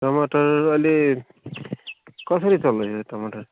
टमाटर अहिले कसरी चल्दैछ टमाटर